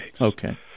Okay